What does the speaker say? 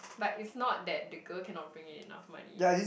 but it's not that the girl cannot bring in enough money